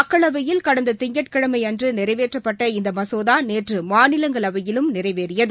மக்களவையில் கடந்ததிங்கட்கிழமைஅன்றுநிறைவேற்றப்பட்ட இந்தமசோதாநேற்றமாநிலங்களவையிலும் நிறைவேறியது